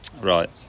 right